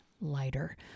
lighter